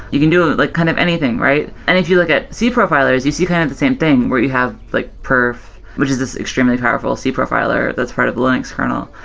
you can do like kind of anything, right? and if you look at c profilers, you see kind of the same thing where you have like perf, which is this extremely powerful c profiler that's part of linux kernel,